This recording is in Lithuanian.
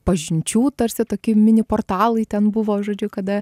pažinčių tarsi toki mini portalai ten buvo žodžiu kada